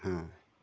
ହଁ